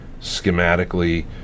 schematically